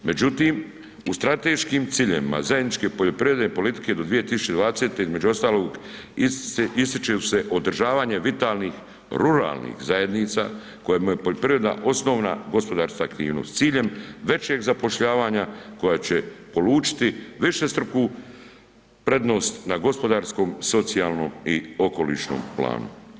Međutim, u strateškim ciljevima zajedničke poljoprivrede politike do 2020. između ostalog ističu se održavanje vitalnih ruralnih zajednica kojima je poljoprivreda osnovna gospodarska aktivnost s ciljem većeg zapošljavanja koja će polučiti višestruku prednost na gospodarskom, socijalnom i okolišnom planu.